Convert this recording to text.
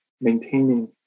maintaining